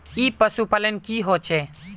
ई पशुपालन की होचे?